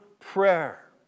prayer